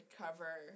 cover